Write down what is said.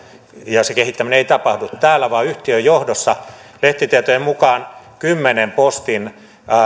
ja se kehittäminen ei tapahdu täällä vaan yhtiön johdossa lehtitietojen mukaan kymmenen postin